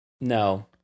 no